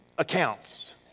accounts